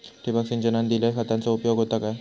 ठिबक सिंचनान दिल्या खतांचो उपयोग होता काय?